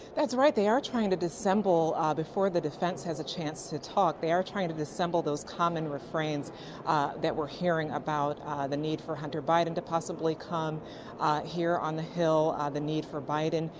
that is red, they are trying to dissemble before the defense has a chance to talk. they are trying to dissemble those common refrains that we are hearing about the need for hunter biden to possibly come here on the hill, ah the need for biden,